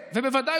ויבדקו,